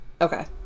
Okay